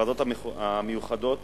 הוועדות המיוחדות